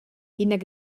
jinak